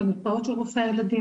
במרפאות של רופאי הילדים,